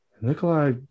Nikolai